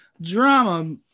drama